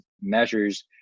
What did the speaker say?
measures